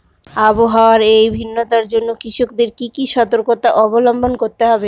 আবহাওয়ার এই ভিন্নতার জন্য কৃষকদের কি কি সর্তকতা অবলম্বন করতে হবে?